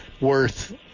worth